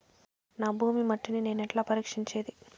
నా భూమి మట్టిని నేను ఎట్లా పరీక్షించేది?